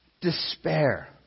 despair